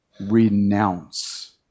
renounce